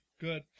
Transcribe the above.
good